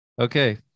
Okay